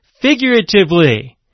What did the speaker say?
figuratively